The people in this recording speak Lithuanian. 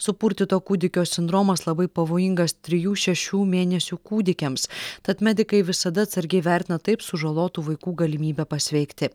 supurtyto kūdikio sindromas labai pavojingas trijų šešių mėnesių kūdikiams tad medikai visada atsargiai vertina taip sužalotų vaikų galimybę pasveikti